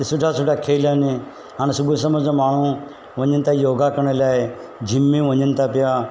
सुठा सुठा खेल आहिनि हाणे सुबुह समय ते माण्हू वञनि था योगा करण लाइ जिम में वञनि था पिया